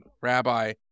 rabbi